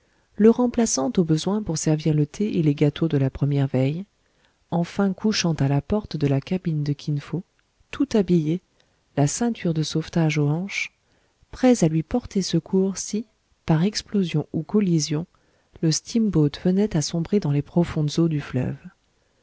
le remplaçant au besoin pour servir le thé et les gâteaux de la première veille enfin couchant à la porte de la cabine de kin fo tout habillés la ceinture de sauvetage aux hanches prêts à lui porter secours si par explosion ou collision le steamboat venait à sombrer dans les profondes eaux du fleuve